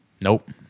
Nope